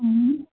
हम्म